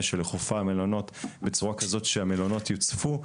ולחופי המלונות בצורה כזאת שהמלונות יוצפו,